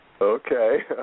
Okay